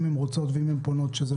אם הן רוצות ואם הן פונות?